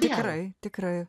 tikrai tikrai